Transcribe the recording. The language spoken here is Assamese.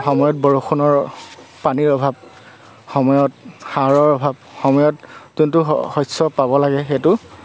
সময়ত বৰষুণৰ পানীৰ অভাৱ সময়ত সাৰৰ অভাৱ সময়ত যোনটো শ শস্য পাব লাগে সেইটো